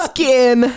Skin